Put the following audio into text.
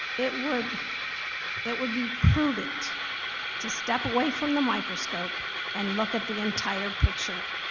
it would it would be prudent to step away from the microscope and look at the entire picture.